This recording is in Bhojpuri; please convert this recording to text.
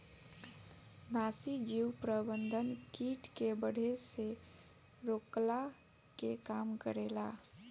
नाशीजीव प्रबंधन किट के बढ़े से रोकला के काम करेला